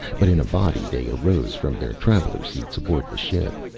but in a body they arose from their traveler-seats aboard the ship.